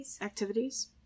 activities